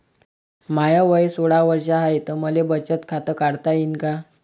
माय वय सोळा वर्ष हाय त मले बचत खात काढता येईन का?